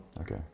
Okay